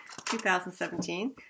2017